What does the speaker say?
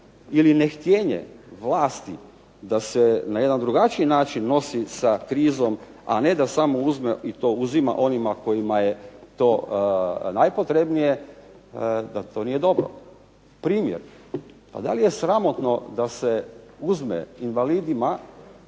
ili ne htjenje vlasti da se na jedan drugačiji način nosi sa krizom, a ne samo da uzme i to uzima onima kojima je to najpotrebnije, da to nije dobro. Primjer. Pa da li je sramotno da se uzme invalidima